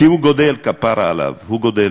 כי הוא גדל, כפרה עליו, הוא גדל.